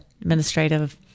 administrative